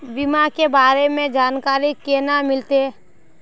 बीमा के बारे में जानकारी केना मिलते?